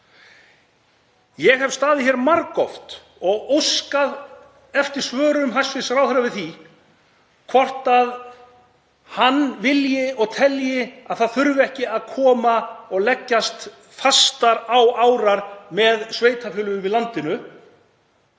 Ég hef staðið hér margoft og óskað eftir svörum hæstv. ráðherra við því hvort hann vilji og telji að það þurfi ekki að leggjast fastar á árar með sveitarfélögum í landinu